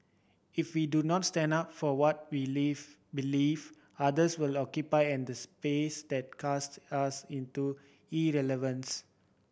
if we do not stand up for what we leaf believe others will occupy and space that cast us into irrelevance